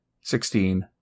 sixteen